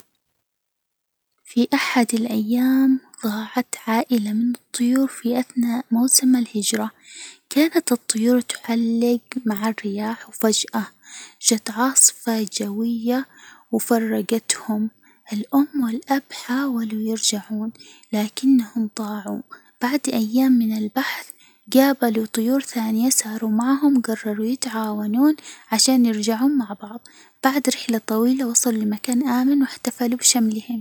في أحد الأيام ضاعت عائلة من الطيور في أثناء موسم الهجرة، كانت الطيور تحلج مع الرياح، وفجأة جَت عاصفة جوية وفرّجتْهم، الأم والأب حاولوا يرجعون لكنهم ضاعوا، بعد أيام من البحث جابلوا طيور ثانية صاروا معهم، جرَروا يتعاونون عشان يرجعون مع بعض، بعد رحلة طويلة وصلوا لمكان آمن واحتفلوا بشملهم.